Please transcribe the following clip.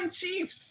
Chiefs